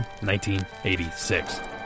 1986